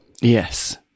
Yes